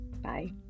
Bye